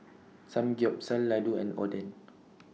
Samgyeopsal Ladoo and Oden